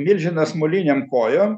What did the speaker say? milžinas molinėm kojom